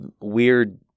weird